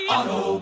Auto